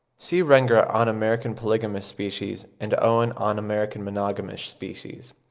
see rengger on american polygamous species, and owen on american monogamous species.